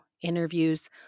Interviews